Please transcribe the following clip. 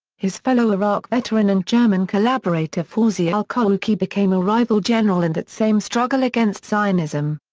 his fellow iraq-veteran and german collaborator fawzi al-qawuqji became a rival general in that same struggle against zionism.